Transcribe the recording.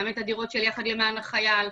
גם את הדירות של יחד למען החייל,